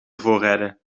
voorrijden